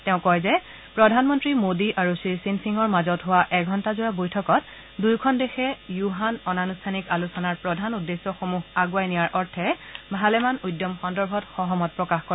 তেওঁ কয় যে প্ৰধানমন্ত্ৰী মোদী আৰু শ্ৰী শ্বিনফিঙৰ মাজত হোৱা এঘণ্টাজোৰা বৈঠকত দুয়োখন দেশে য়ুহান অনানুষ্ঠানিক আলোচনাৰ প্ৰধান উদ্দেশ্যসমূহ আগুৱাই নিয়াৰ অৰ্থে ভালেমান উদ্যম সন্দৰ্ভত সহমত প্ৰকাশ কৰে